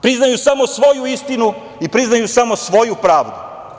Priznaju samo svoju istinu i priznaju samo svoju pravdu.